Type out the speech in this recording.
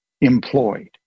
employed